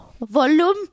volume